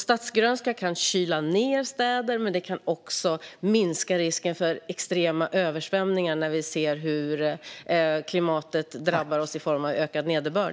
Statsgrönska kan kyla ned städer, men den kan också minska risken för extrema översvämningar när klimatet drabbar oss i form av ökad nederbörd.